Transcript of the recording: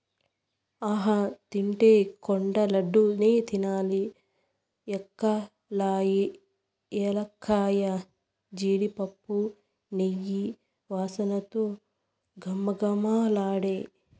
ఆహా తింటే కొండ లడ్డూ నే తినాలి ఎలక్కాయ, జీడిపప్పు, నెయ్యి వాసనతో ఘుమఘుమలాడే